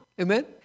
Amen